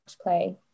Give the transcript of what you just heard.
play